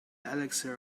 elixir